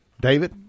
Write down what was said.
David